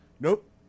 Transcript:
Nope